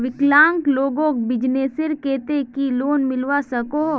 विकलांग लोगोक बिजनेसर केते की लोन मिलवा सकोहो?